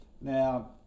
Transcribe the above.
Now